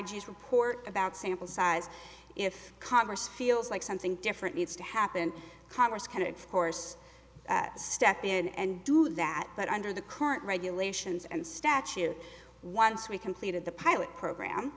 g report about sample size if congress feels like something different needs to happen congress could of course step in and do that but under the current regulations and statute once we completed the pilot program